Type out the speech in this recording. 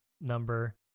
number